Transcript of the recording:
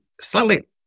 slightly